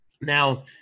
now